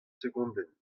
segondenn